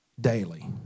daily